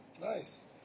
Nice